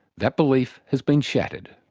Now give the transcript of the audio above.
that belief has been shattered.